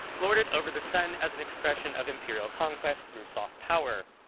lorded over the sun as an expression of imperial conquest through soft power.